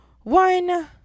one